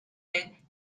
jej